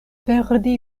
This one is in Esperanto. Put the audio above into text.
perdi